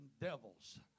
devils